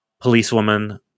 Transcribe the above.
Policewoman